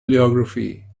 bibliography